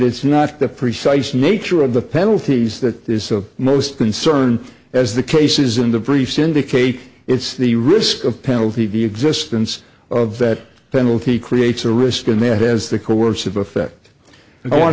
it's not the precise nature of the penalties that there's so most concern as the cases in the briefs indicate it's the risk of penalty be existence of that penalty creates a risk and that is the course of effect